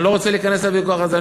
אני לא רוצה להיכנס לוויכוח הזה.